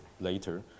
later